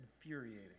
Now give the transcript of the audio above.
infuriating